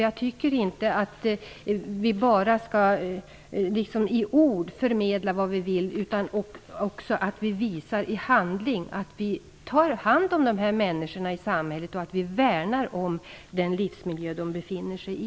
Jag tycker inte att vi bara i ord skall förmedla vad vi vill utan också visa i handling att vi tar hand om dessa människor i samhället och att vi värnar om den livsmiljö de befinner sig i.